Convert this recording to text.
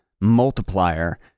multiplier